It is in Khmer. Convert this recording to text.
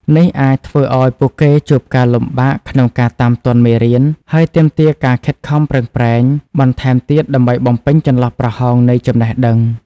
នេះអាចធ្វើឲ្យពួកគេជួបការលំបាកក្នុងការតាមទាន់មេរៀន ហើយទាមទារការខិតខំប្រឹងប្រែងបន្ថែមទៀតដើម្បីបំពេញចន្លោះប្រហោងនៃចំណេះដឹង។